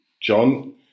John